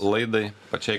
laidai pačiai